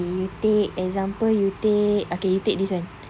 okay you take example you take okay you take this [one]